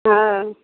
हँ